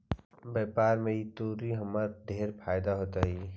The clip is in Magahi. व्यापार में ई तुरी हमरा ढेर फयदा होइत हई